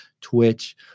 Twitch